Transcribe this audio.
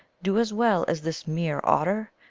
do as well as this mere otter?